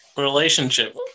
relationship